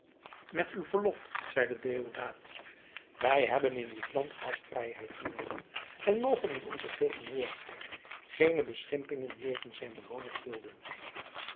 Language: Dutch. met uw verlof zeide deodaat wij hebben in dit land gastvrijheid genoten en mogen in onze tegenwoordigheid geene beschimpingen jegens zijn bewoners dulden